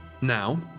Now